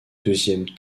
deuxième